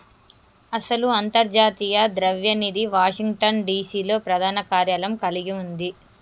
అసలు అంతర్జాతీయ ద్రవ్య నిధి వాషింగ్టన్ డిసి లో ప్రధాన కార్యాలయం కలిగి ఉంది